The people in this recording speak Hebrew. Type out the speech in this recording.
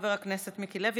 חבר הכנסת מיקי לוי,